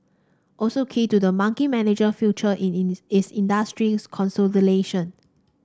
also key to the monkey manager future in is is industry consolidation